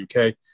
UK